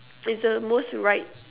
is the most right